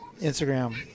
Instagram